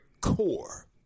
core